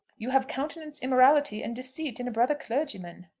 you have countenanced immorality and deceit in a brother clergyman.